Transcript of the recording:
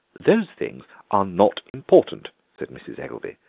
those things are not important, said mrs. eggelby,